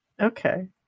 Okay